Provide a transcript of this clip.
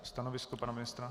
Stanovisko pana ministra?